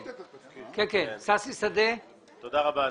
תודה רבה אדוני.